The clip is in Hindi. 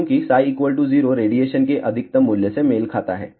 क्योंकि 0 रेडिएशन के अधिकतम मूल्य से मेल खाता है